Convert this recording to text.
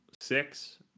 Six